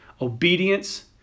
obedience